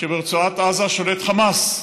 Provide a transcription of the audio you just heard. שברצועת עזה שולט חמאס,